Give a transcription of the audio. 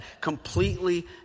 Completely